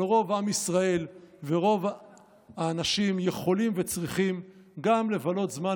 אבל רוב עם ישראל ורוב האנשים יכולים וצריכים לבלות זמן